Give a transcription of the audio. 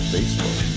Facebook